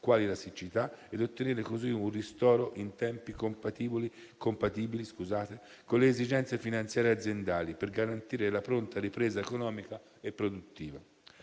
quali la siccità ed ottenere così un ristoro in tempi compatibili con le esigenze finanziarie aziendali per garantire la pronta ripresa economica e produttiva.